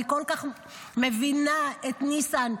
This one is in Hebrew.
אני כל כך מבינה את ניסן,